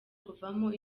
kuvamo